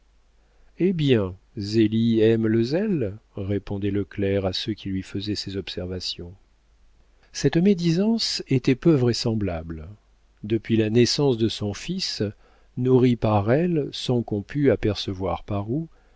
eh bien zélie aime le zèle répondait le clerc à ceux qui lui faisaient ces observations cette médisance était peu vraisemblable depuis la naissance de son fils nourri par elle sans qu'on pût apercevoir par où